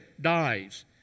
dies